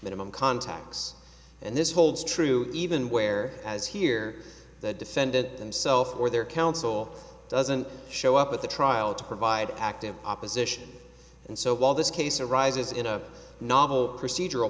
minimum contacts and this holds true even where as here the defended himself or their counsel doesn't show up at the trial to provide active opposition and so while this case arises in a novel procedural